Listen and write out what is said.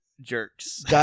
jerks